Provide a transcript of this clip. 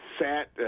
sat